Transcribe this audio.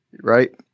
Right